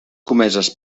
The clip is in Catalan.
comeses